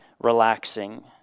relaxing